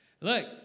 Look